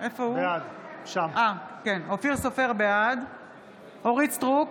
בעד אורית מלכה סטרוק,